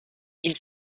ils